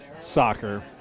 soccer